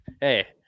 Hey